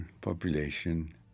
population